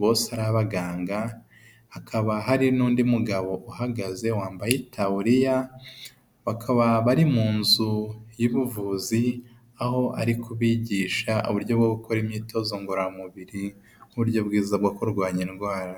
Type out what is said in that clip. bose ari abaganga, hakaba hari n'undi mugabo uhagaze wambaye itaburiya, bakaba bari mu nzu y'ubuvuzi aho ari kubigisha uburyo bwo gukora imyitozo ngororamubiri nk'uburyo bwiza bwo kurwanya indwara.